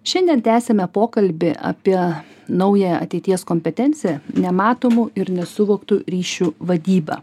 šiandien tęsiame pokalbį apie naują ateities kompetenciją nematomų ir nesuvoktų ryšių vadybą